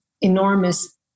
enormous